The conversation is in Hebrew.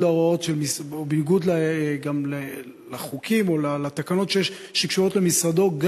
להוראות וגם בניגוד לחוקים או לתקנות שקשורות למשרדו.